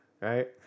right